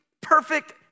perfect